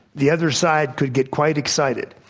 the other side could get quite excited.